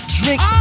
drink